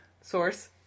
Source